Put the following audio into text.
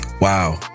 Wow